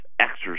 exercise